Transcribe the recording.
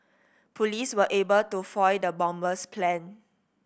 police were able to foil the bomber's plan